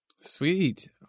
Sweet